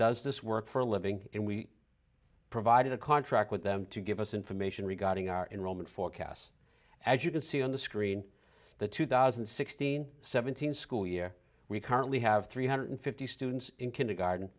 does this work for a living and we provided a contract with them to give us information regarding our in roman forecasts as you can see on the screen the two thousand and sixteen seventeen school year we currently have three hundred fifty students in kindergarten